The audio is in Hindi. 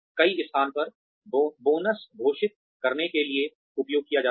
कई स्थानों पर बोनस घोषित करने के लिए उपयोग किया गया है